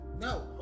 No